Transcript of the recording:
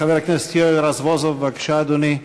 חבר הכנסת יואל רזבוזוב, בבקשה, אדוני.